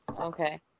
Okay